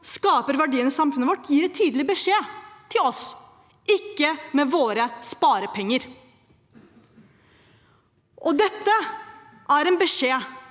skaper verdiene i samfunnet vårt, gir en tydelig beskjed til oss: «ikke med våre sparepenger». Dette er en beskjed